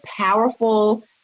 powerful